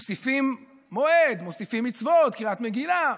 מוסיפים מועד, מוסיפים מצוות, קריאת מגילה,